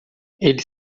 ele